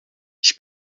ich